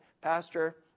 pastor